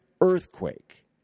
earthquake